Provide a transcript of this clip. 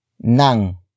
nang